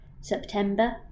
September